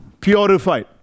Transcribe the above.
Purified